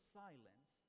silence